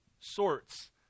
sorts